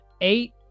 eight